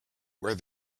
where